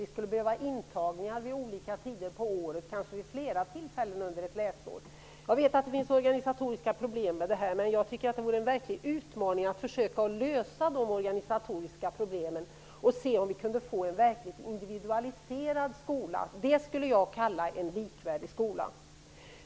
Vi skulle behöva intagningar vid olika tider på året, kanske vid flera tillfällen under ett läsår. Jag vet att det finns organisatoriska problem med detta, men det vore en verklig utmaning att försöka lösa de organisatoriska problemen och se om vi kunde få en verkligt individualiserad skola. Det skulle jag kalla en likvärdig skola.